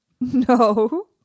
No